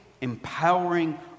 empowering